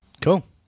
Cool